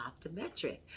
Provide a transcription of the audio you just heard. Optometric